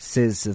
Says